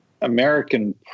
American